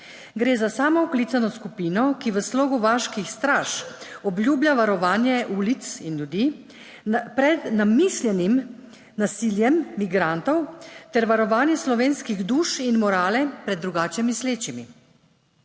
Gre za samooklicano skupino, ki v slogu vaških straž obljublja varovanje ulic in ljudi pred namišljenim nasiljem migrantov ter varovanje slovenskih duš in morale **51.